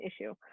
issue